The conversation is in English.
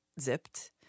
zipped